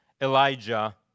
Elijah